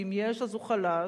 ואם יש אז הוא חלש,